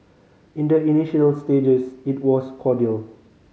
in the initial stages it was cordial